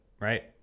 right